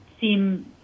seem